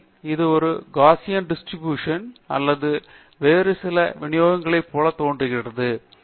அது ஒரு Gaussian distribution அல்லது வேறு சில விநியோகங்களைப் போல தோன்றுகிறதா